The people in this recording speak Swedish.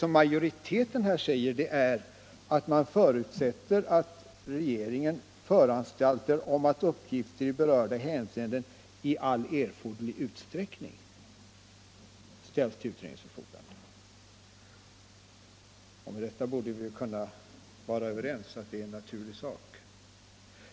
Vad majoriteten här säger är att man förutsätter att regeringen föranstaltar om att uppgifter i berörda hänseenden i all erforderlig utsträckning skall ställas till förfogande. Vi borde kunna vara överens om att det är en naturlig sak.